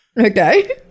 Okay